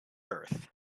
earth